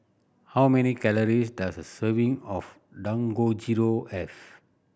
how many calories does a serving of Dangojiru have